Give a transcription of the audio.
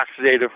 oxidative